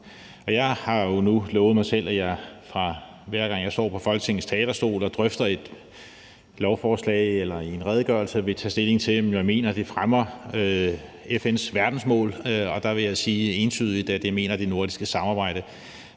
Jeg har jo lovet mig selv, at jeg, hver gang jeg står på Folketingets talerstol og drøfter et lovforslag eller en redegørelse, vil tage stilling til, om jeg mener, det fremmer FN’s verdensmål. Og der vil jeg sige entydigt, at jeg mener, at det nordiske samarbejde